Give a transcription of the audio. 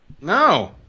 No